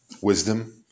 wisdom